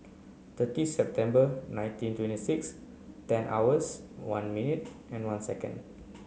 thirty September nineteen twenty six ten hours one minute and one second